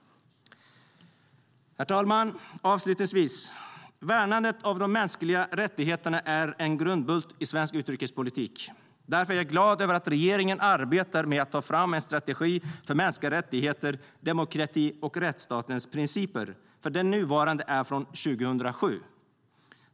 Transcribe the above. Herr talman! Värnandet av de mänskliga rättigheterna är en grundbult i svensk utrikespolitik. Därför är jag glad över att regeringen arbetar med att ta fram en strategi för mänskliga rättigheter, demokrati och rättsstatens principer. Den nuvarande är från 2007.